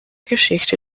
geschichte